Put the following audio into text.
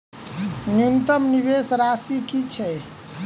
न्यूनतम निवेश राशि की छई?